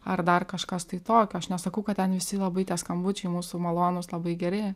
ar dar kažkas tai tokio aš nesakau kad ten visi labai tie skambučiai mūsų malonūs labai geri